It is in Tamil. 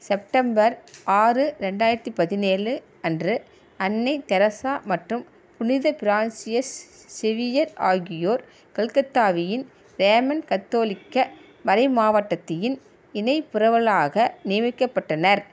செப்டம்பர் ஆறு ரெண்டாயிரத்தி பதினேழு அன்று அன்னை தெரசா மற்றும் புனித பிரான்சியஸ் செவியர் ஆகியோர் கல்கத்தாவியின் ரேமன் கத்தோலிக்க மறைமாவட்டத்தியின் இணை புரவலாக நியமிக்கப்பட்டனர்